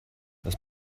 das